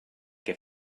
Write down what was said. què